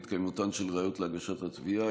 ובהתקיימותן של ראיות להגשת התביעה.